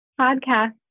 podcast